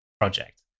project